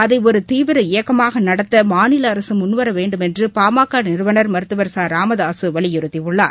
அதை ஒரு தீவிர இயக்கமாக நடத்த மாநில அரசு முன்வர வேண்டுமென்று பாமக நிறுவனர் மருத்துவர் ச ராமதாசு வலியுறுத்தியுள்ளார்